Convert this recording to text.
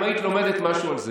אם היית לומדת משהו על זה,